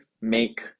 make